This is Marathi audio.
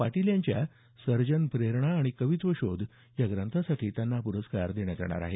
पाटील यांच्या सर्जन प्रेरणा आणि कवित्व शोध या ग्रंथासाठी त्यांना हा पुरस्कार देण्यात येणार आहे